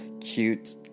cute